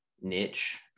niche